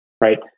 Right